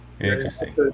Interesting